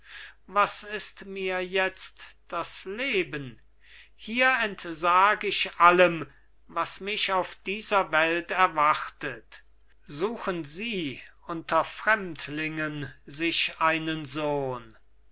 was ist mir jetzt das leben hier entsag ich allem was mich auf dieser welt erwartet suchen sie unter fremdlingen sich einen sohn